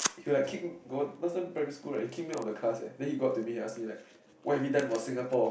he will like kick don't last time primary school right he kick me out of the class leh then he go up to me he ask me like what have you done for Singapore